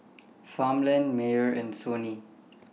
Farmland Mayer and Sony